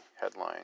Headline